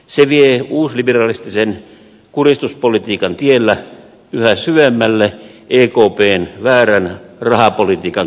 se vie uusliberalistisen kuristuspolitiikan tiellä yhä syvemmälle ekpn väärän rahapolitiikan korpeen